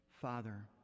Father